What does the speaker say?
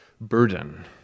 burden